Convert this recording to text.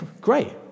Great